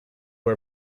are